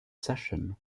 session